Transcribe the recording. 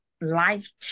life